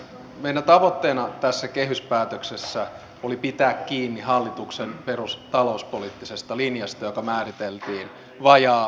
meidän tavoitteenamme tässä kehyspäätöksessä oli pitää kiinni hallituksen perustalouspoliittisesta linjasta joka määriteltiin vajaa vuosi sitten